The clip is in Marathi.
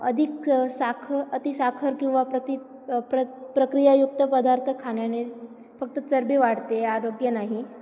अधिक साखर अति साखर किंवा प्रत प्र प्रक्रियायुक्त पदार्थ खाण्याने फक्त चरबी वाढते आरोग्य नाही